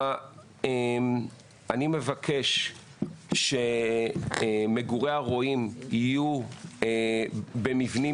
אני מבקש שמגורי הרועים יהיו במבנים